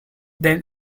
then